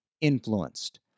influenced